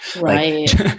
Right